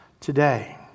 today